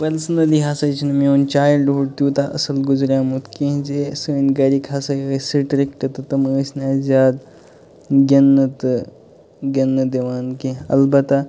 personally ہسا چھِنہٕ میون چیِلڑٕہُڈ تیوٗتاہ اصٕل گُزریمُت کیٚنٛہہ زِ سٲنۍ گَرِکۍ ہسا ٲسۍ سِٹرِکٹ تہٕ تِم ٲسۍ نہٕ اَسہِ زیادٕ گِنٛدنہٕ تہِ گِنٛدنہٕ دِوان کیٚنٛہہ البتہ